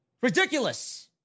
Ridiculous